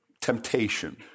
temptation